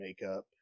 makeup